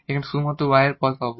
এখানে আমরা শুধু y পদ পাব